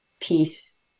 peace